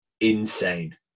insane